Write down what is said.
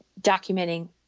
documenting